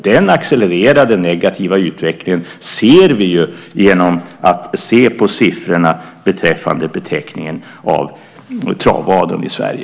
Den accelererade negativa utvecklingen ser vi ju genom att titta närmare på siffrorna beträffande betäckningen inom travaveln i Sverige.